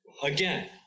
Again